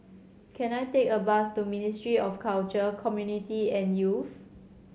can I take a bus to Ministry of Culture Community and Youth